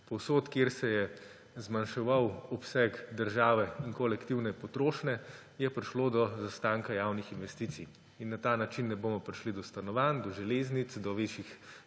Povsod, kjer se je zmanjševal obseg države in kolektivne potrošnje, je prišlo do zastanka javnih investicij. In na ta način ne bomo prišli do stanovanj, do železnic, do višjih